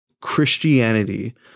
Christianity